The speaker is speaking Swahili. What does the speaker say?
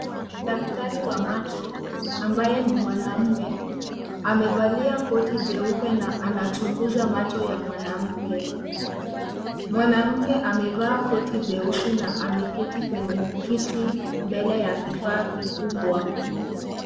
Daktari wa macho ambaye ni mwanaume amevalia koti jeupe na anachunguza macho ya mwanamke . Mwanamke amevaa koti jeusi na ameketi kwenye kiti mbele ya kifaa kikubwa.